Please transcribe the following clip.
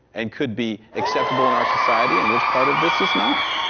and could be acceptable in our society, and which part of this is not?